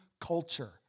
culture